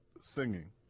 singing